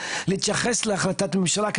להתייחס להחלטת ממשלה,